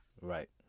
right